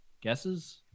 guesses